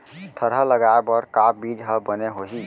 थरहा लगाए बर का बीज हा बने होही?